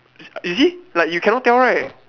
you see like you cannot tell right